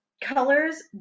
colors